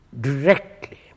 directly